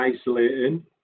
isolating